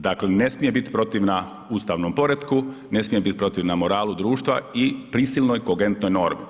Dakle ne smije biti protivna ustavnom poretku, ne smije biti protivna moralu društva i prisilnoj kongentnoj normi.